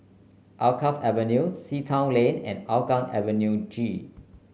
Alkaff Avenue Sea Town Lane and Hougang Avenue G